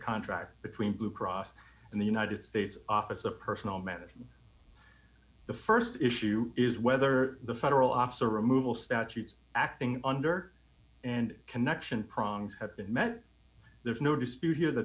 contract between blue cross and the united states office of personnel management the st issue is whether the federal officer removal statutes acting under and connection prongs have been met there's no dispute here that